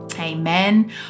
amen